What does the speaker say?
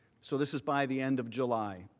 so this is by the end of july.